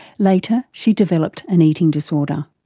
later she developed an eating disorder.